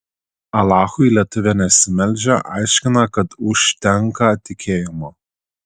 alachui lietuvė nesimeldžia aiškina kad užtenka tikėjimo